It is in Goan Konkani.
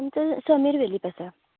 तुमचो समीर वेळीप आसा